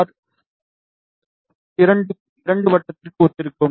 R 2 வட்டத்திற்கு ஒத்திருக்கும்